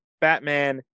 batman